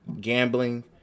gambling